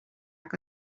que